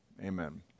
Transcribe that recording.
amen